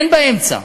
אין באמצע.